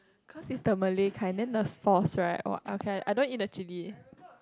cause it's the Malay kind then the sauce right !wah! I don't want to eat the chilli